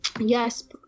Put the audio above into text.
yes